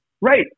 Right